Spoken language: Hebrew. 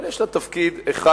אבל יש לה תפקיד אחד,